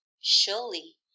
surely